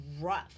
rough